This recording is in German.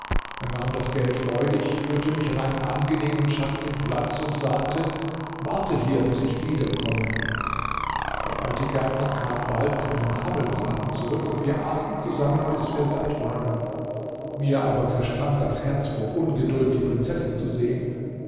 er nahm das geld freudig führte mich an einen angenehmen schattigen platz und sagte warte hier bis ich wiederkomme der alte gärtner kam bald mit einem hammelbraten zurück und wir aßen zusammen bis wir satt waren mir aber zersprang das herz vor ungeduld die prinzessin zu sehen